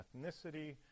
ethnicity